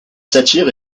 satire